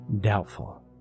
Doubtful